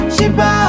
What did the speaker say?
Shiba